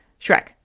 Shrek